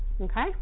okay